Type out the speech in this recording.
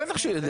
בטח שהוא יודע.